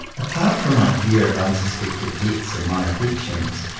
apart from my fear of unsuspected depths in my affections,